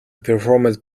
performed